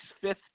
fifth